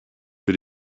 für